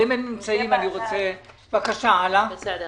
תמשיכי